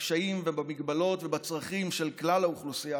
בקשיים ובמגבלות ובצרכים של כלל האוכלוסייה.